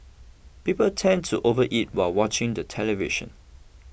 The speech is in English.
people tend to overeat while watching the television